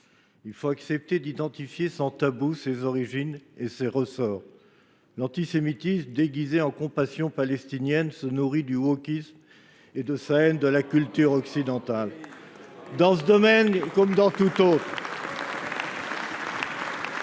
il faut accepter d’identifier sans tabou ses origines et ses ressorts. L’antisémitisme déguisé en compassion pour les Palestiniens se nourrit du wokisme et de sa haine de la culture occidentale. Dans ce domaine comme dans tant d’autres,